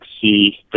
see